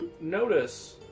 notice